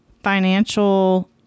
financial